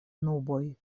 nuboj